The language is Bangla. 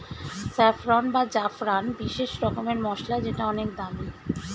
স্যাফরন বা জাফরান বিশেষ রকমের মসলা যেটা অনেক দামি